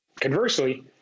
Conversely